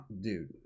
dude